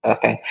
Okay